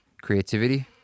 creativity